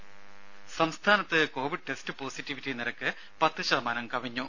ദ്ദേ സംസ്ഥാനത്ത് covid test positivity നിരക്ക് പത്ത് ശതമാനം കവിഞ്ഞു